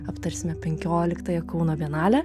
aptarsime penkioliktąją kauno bienalę